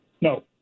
No